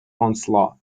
onslaught